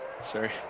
sorry